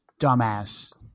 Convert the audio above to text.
dumbass